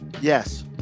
Yes